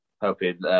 Hoping